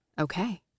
Okay